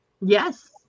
Yes